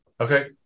Okay